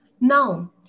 Now